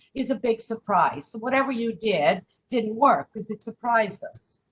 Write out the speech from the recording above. is a big surprise, whatever you did didn't work because it surprised us.